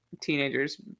teenagers